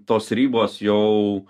tos ribos jau